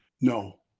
No